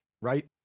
right